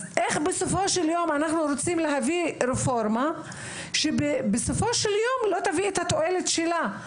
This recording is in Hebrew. איך אנחנו רוצים להביא רפורמה שבסופו של יום לא תביא את התועלת שלה?